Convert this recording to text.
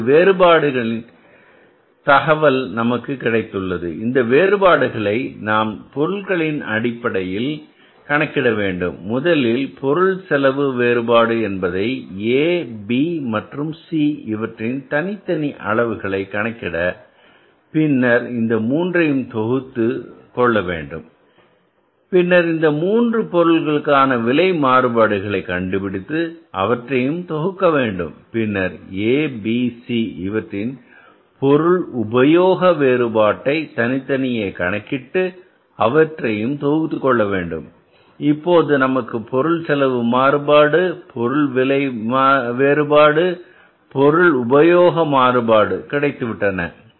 இப்போது வேறுபாடுகளின் தகவல் நமக்கு கிடைத்துள்ளது இந்த வேறுபாடுகளை நாம் பொருளின் அடிப்படையில் கணக்கிட வேண்டும் முதலில் பொருள் செலவு வேறுபாடு என்பதை A B மற்றும் C இவற்றின் தனித்தனி அளவுகளை கணக்கிட்ட பின் இந்த மூன்றையும் தொகுத்துக்கொள்ள வேண்டும் பின்னர் இந்த மூன்று பொருள்களுக்கான விலை மாறுபாடுகளை கண்டுபிடித்து அவற்றையும் தொகுக்க வேண்டும் பின்னர் AB C இவற்றின் பொருள் உபயோக வேறுபாட்டை தனித்தனியே கணக்கிட்டு அவற்றையும் தொகுத்துக் கொள்ள வேண்டும் இப்போது நமக்கு பொருள் செலவு மாறுபாடு பொருள் விலை வேறுபாடு பொருள் உபயோக மாறுபாடு கிடைத்துவிட்டன